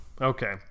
Okay